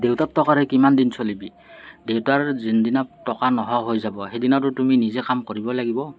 দেউতাৰ টকাৰে কিমানদিন চলিবি দেউতাৰ যোনদিনা টকা নোহোৱা হৈ যাব সেইদিনাতো তুমি নিজে কাম কৰিব লাগিব